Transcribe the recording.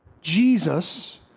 Jesus